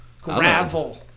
gravel